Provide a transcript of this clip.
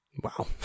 Wow